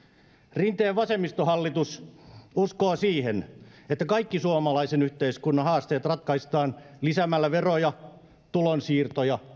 rinteen vasemmistohallitus uskoo siihen että kaikki suomalaisen yhteiskunnan haasteet ratkaistaan lisäämällä veroja tulonsiirtoja